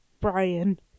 Brian